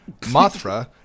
Mothra